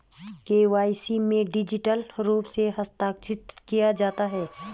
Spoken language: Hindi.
के.वाई.सी में डिजिटल रूप से हस्ताक्षरित किया जाता है